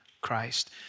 Christ